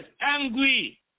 angry